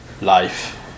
life